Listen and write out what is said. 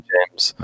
James